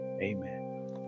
Amen